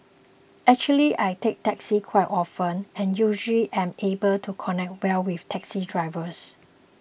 actually I take taxis quite often and usually am able to connect well with taxi drivers